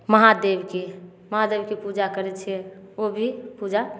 महादेवके महादेवके पूजा करय छियै ओ भी पूजा